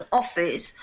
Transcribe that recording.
office